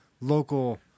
local